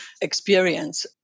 experience